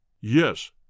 Yes